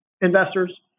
investors